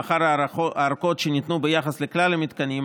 לאחר הארכות שניתנו ביחס לכלל המתקנים,